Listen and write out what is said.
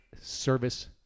service